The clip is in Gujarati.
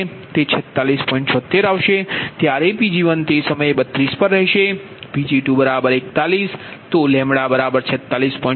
76 આવશે ત્યારે Pg1 તે સમય 32 પર રહેશે Pg2 41 for 46